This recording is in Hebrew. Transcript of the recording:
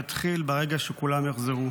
יתחיל ברגע שכולם יחזרו.